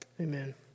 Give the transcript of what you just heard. amen